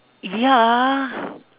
ya